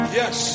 yes